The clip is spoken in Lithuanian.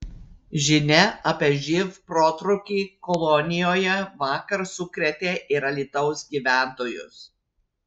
žinia apie živ protrūkį kolonijoje vakar sukrėtė ir alytaus gyventojus